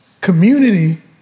Community